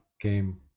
game